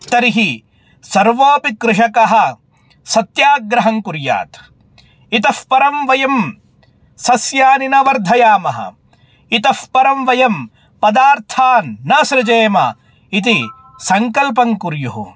तर्हि सर्वेऽपि कृषकाः सत्याग्रहं कुर्यात् इतःपरं वयं सस्यानि न वर्धयामः इतःपरं वयं पदार्थान् न सृजेम इति सङ्कल्पं कुर्युः